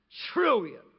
trillion